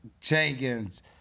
Jenkins